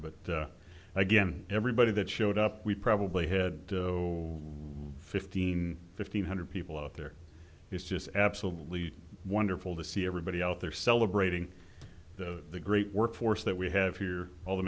but again everybody that showed up we probably had no rift in fifteen hundred people up there is just absolutely wonderful to see everybody out there celebrating the great work force that we have here all the